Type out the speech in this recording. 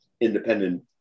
independent